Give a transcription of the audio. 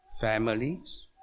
Families